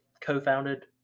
co-founded